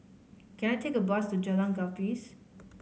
can I take a bus to Jalan Gapis